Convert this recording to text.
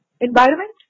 environment